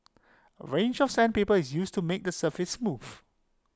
A range of sandpaper is used to make the surface smooth